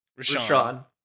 Rashawn